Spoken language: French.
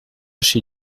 chez